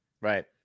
Right